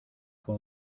fue